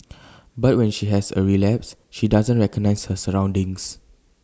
but when she has A relapse she doesn't recognise her surroundings